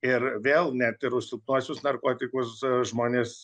ir vėl net ir už silpnuosius narkotikus žmonės